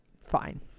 fine